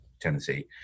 Tennessee